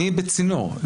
אני צינור.